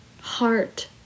heart